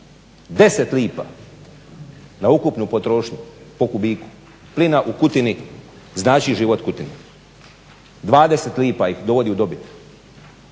Deset lipa na ukupnu potrošnju po kubiku, plina u Kutini znači život Kutini. Dvadeset lipa ih dovodi u dobit.